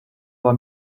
bei